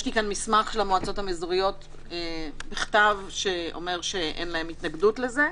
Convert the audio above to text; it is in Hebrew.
יש לי כאן מסמך של המועצות האזוריות בכתב שאומר שאין להן התנגדות לזה,